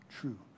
true